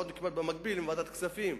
עבדנו במקביל עם ועדת הכספים,